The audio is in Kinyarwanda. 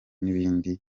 n’ibindi